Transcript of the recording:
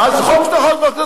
אז זרוק את החוק הזה